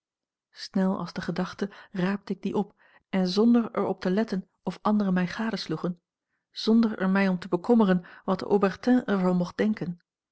snel als de gedachte raapte ik dien op en zonder er op te letten of anderen mij gadesloegen zonder er mij om te bekommeren wat haubertin er van mocht denken